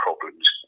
problems